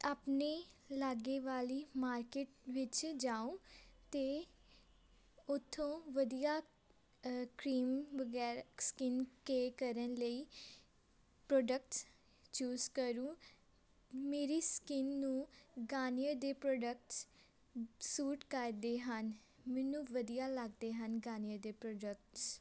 ਆਪਣੇ ਲਾਗੇ ਵਾਲੀ ਮਾਰਕੀਟ ਵਿੱਚ ਜਾਊਂ ਅਤੇ ਉੱਥੋਂ ਵਧੀਆ ਅ ਕਰੀਮ ਵਗੈਰਾ ਸਕਿੰਨ ਕੇਅਰ ਕਰਨ ਲਈ ਪ੍ਰੋਡਕਟਸ ਚੂਸ ਕਰੂੰ ਮੇਰੀ ਸਕਿੰਨ ਨੂੰ ਗਾਨੀਅਰ ਦੇ ਪ੍ਰੋਡਕਟਸ ਸੂਟ ਕਰਦੇ ਹਨ ਮੈਨੂੰ ਵਧੀਆ ਲੱਗਦੇ ਹਨ ਗਾਨੀਅਰ ਦੇ ਪ੍ਰੋਡਕਟਸ